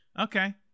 okay